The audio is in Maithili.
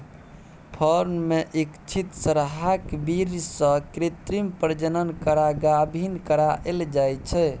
फर्म मे इच्छित सरहाक बीर्य सँ कृत्रिम प्रजनन करा गाभिन कराएल जाइ छै